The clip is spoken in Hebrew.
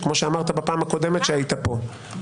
כמו שאמרת בפעם הקודמת שהיית פה.